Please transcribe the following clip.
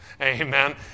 Amen